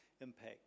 impact